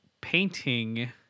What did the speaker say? painting